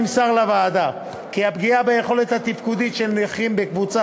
נמסר לוועדה כי הפגיעה ביכולת התפקודית של נכים בקבוצה